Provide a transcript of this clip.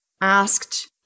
asked